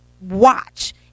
watch